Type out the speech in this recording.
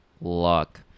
luck